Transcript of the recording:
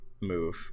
move